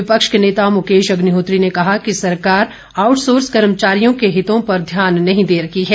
विपक्ष के नेता मुकेश अग्निहोत्री ने कहा कि सरकार आउटसोर्स कर्मचारियों के हितों पर ध्यान नहीं दे रही है